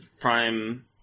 Prime